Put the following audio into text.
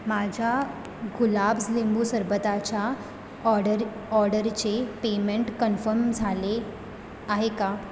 माझ्या गुलाब्ज लिंबू सरबताच्या ऑडर ऑर्डरचे पेमेंट कन्फम झाले आहे का